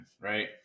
right